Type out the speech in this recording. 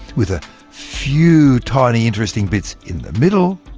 with a few tiny interesting bits in the middle,